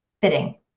fitting